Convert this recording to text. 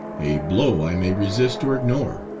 a blow i may resist or ignore.